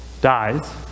dies